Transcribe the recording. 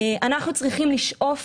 אנחנו צריכים לשאוף